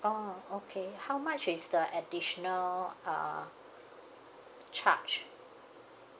oh okay how much is the additional uh charge